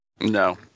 No